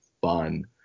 fun